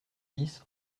dix